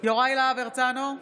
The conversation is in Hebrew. יוראי להב הרצנו,